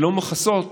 שלא מכסות